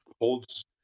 holds